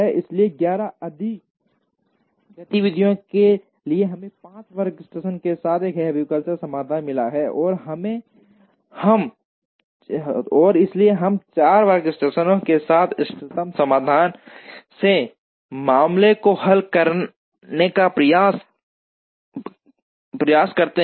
इसलिए 11 गतिविधियों के लिए हमें 5 वर्कस्टेशनों के साथ एक हेयुरिस्टिक समाधान मिला और इसलिए हम 4 वर्कस्टेशनों के साथ इष्टतम समाधान के मामले को हल करने का प्रयास करते हैं